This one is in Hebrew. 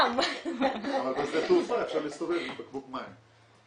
אבל בשדה תעופה אפשר להסתובב עם בקבוק מים.